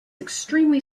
extremely